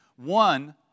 One